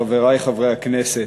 חברי חברי הכנסת,